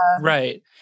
Right